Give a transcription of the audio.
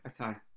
okay